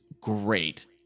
great